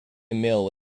mill